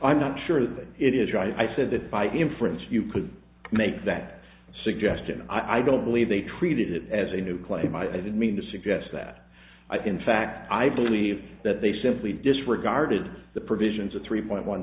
i'm not sure that it is i said that by inference you could make that suggestion i don't believe they treated it as a new claim i didn't mean to suggest that i can fact i believe that they simply disregarded the provisions of three point one